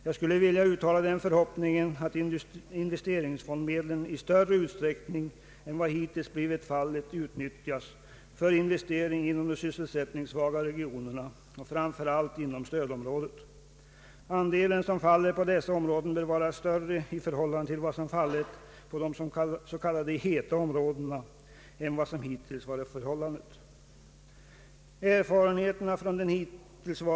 Jag skulle vilja uttala den förhoppningen, att investeringsfondsmedlen i större utsträckning än hittills varit fallet utnyttjas för investering inom de sysselsättningssvaga regionerna och framför allt inom stödområdet. Andelen som faller på dessa områden bör vara större i förhållande till vad som fallit på de s.k. heta områdena än hitintills.